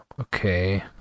Okay